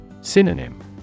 Synonym